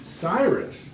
Cyrus